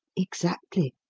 exactly.